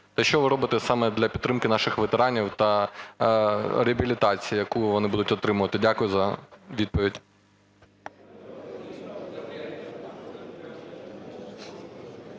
та що ви робите саме для підтримки наших ветеранів та реабілітації, яку вони будуть отримувати? Дякую за відповідь.